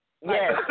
Yes